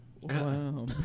Wow